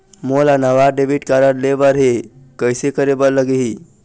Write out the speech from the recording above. मोला नावा debit card लेबर हे, कइसे करे बर लगही?